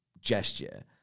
gesture